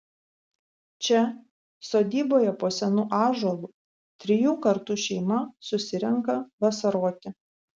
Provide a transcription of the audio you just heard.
čia sodyboje po senu ąžuolu trijų kartų šeima susirenka vasaroti